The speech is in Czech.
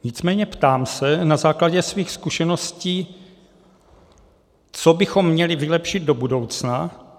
Nicméně ptám se na základě svých zkušeností, co bychom měli vylepšit do budoucna.